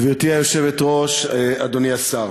גברתי היושבת-ראש, אדוני השר,